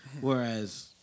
whereas